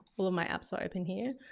all of my apps are open here.